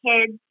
kids